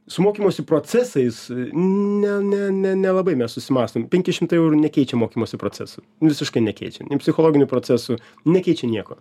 su mokymosi procesais ne ne ne nelabai mes susimąstom penki šimtai eurų nekeičia mokymosi procesų nu visiškai nekeičia nei psichologinių procesų nekeičia nieko